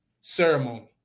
ceremony